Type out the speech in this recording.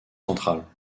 centrales